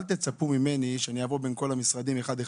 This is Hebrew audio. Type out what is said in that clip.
אל תצפו ממני שאני אעבור בין כל המשרדים אחד אחד